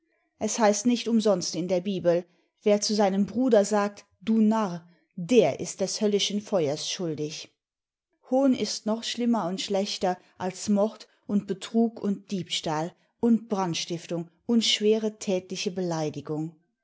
es heißt nicht umsonst in der bibel wer zu seinem bruder sagt du narr der ist des höllischen feuers schuldig hohn ist noch schlimmer und schlechter als mord und betrug und diebstahl und brandstiftung und schwere tätliche beleidigung